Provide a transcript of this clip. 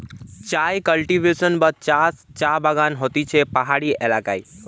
চায় কাল্টিভেশন বা চাষ চা বাগানে হতিছে পাহাড়ি এলাকায়